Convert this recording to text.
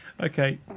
Okay